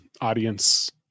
audience